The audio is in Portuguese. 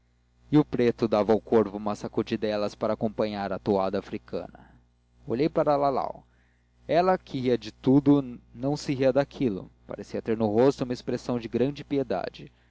e o preto dava ao corpo umas sacudidelas para acompanhar a toada africana olhei para lalau ela que ria de tudo não se ria daquilo parecia ter no rosto uma expressão de grande piedade